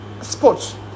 sports